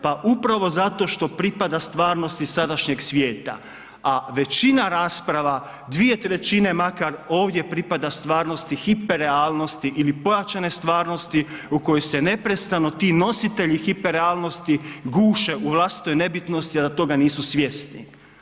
Pa upravo zato što pripada stvarnosti iz sadašnjeg svijeta, a većina rasprava, 2/3 makar, ovdje pripada stvarnosti hiper realnosti ili pojačane stvarnosti u kojoj se neprestano ti nositelji hiper realnosti guše u vlastitoj nebitnosti, a da toga nisu svjesni.